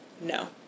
No